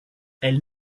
elles